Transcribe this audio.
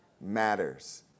matters